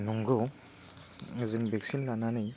नंगौ जों भेक्सिन लानानै